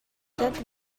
that